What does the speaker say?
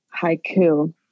haiku